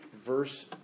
verse